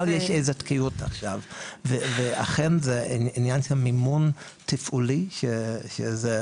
אבל יש איזה תקיעוּת עכשיו ואכן זה עניין של מימון תפעולי שזה,